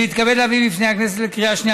אני מתכבד להביא בפני הכנסת לקריאה השנייה